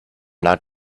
not